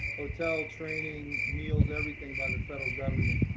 hotel training, meals, everything, by the federal government.